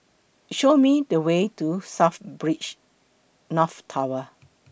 Show Me The Way to South North Tower